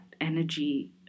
energy